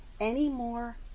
anymore